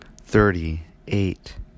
thirty-eight